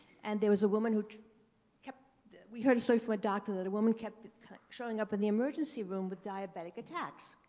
and there was a woman who kept we heard a story so from a doctor that a woman kept showing up in the emergency room with diabetic attacks.